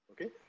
Okay